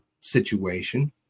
situation